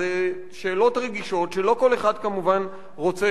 זה שאלות רגישות שלא כל אחד כמובן רוצה